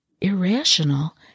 irrational